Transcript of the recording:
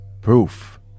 Proof